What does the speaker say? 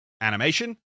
animation